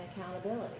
accountability